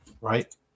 right